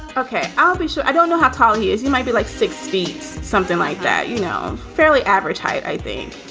ok. i'll be sure. i don't know how tall he is. he might be like six feet, something like that. you know, fairly average height, i think